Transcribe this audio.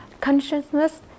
Consciousness